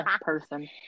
person